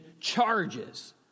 charges